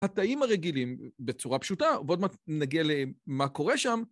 התאים הרגילים בצורה פשוטה, ועוד מעט נגיע למה קורה שם.